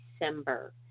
December